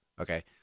Okay